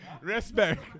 respect